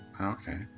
Okay